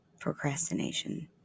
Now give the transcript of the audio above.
Procrastination